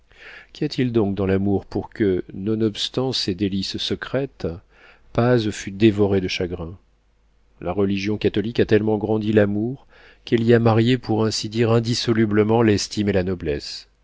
qu'y a-t-il donc dans l'amour pour que nonobstant ces délices secrètes paz fût dévoré de chagrins la religion catholique a tellement grandi l'amour qu'elle y a marié pour ainsi dire indissolublement l'estime et la noblesse